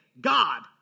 God